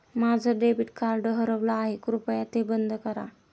माझं debit card हरवलं आहे, कृपया ते बंद करा